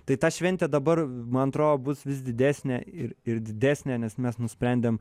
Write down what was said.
tai ta šventė dabar man atrodo bus vis didesnė ir ir didesnė nes mes nusprendėm